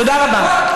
תודה רבה.